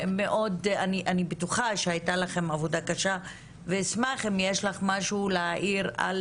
אני בטוחה שהייתה לכם עבודה קשה ואשמח אם יש לך משהו להעיר על